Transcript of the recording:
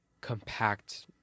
compact